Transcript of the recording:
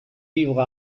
vivre